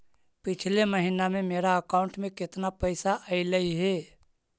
पिछले महिना में मेरा अकाउंट में केतना पैसा अइलेय हे?